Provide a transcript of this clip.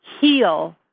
heal